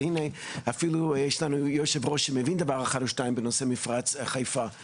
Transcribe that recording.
והנה אפילו יש לנו יושב-ראש שמבין דבר אחד או שניים בנושא מפרץ חיפה.